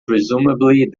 presumably